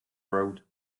road